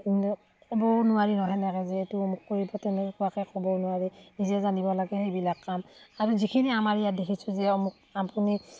ক'বও নোৱাৰি সেনেকৈ যে এইটো আমুক কৰিব তেনেকুৱাকৈ ক'বও নোৱাৰি নিজে জানিব লাগে সেইবিলাক কাম আৰু যিখিনি আমাৰ ইয়াত দেখিছোঁ যে আমুক আপুনি